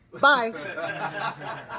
bye